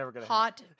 hot